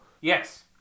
Yes